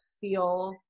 feel